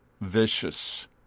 vicious